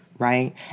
right